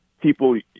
people